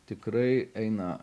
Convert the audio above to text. tikrai eina